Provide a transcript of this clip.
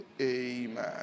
Amen